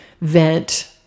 vent